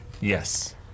Yes